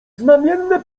znamienne